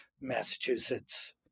Massachusetts